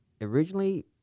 originally